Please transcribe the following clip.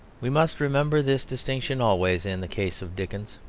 we must remember this distinction always in the case of dickens.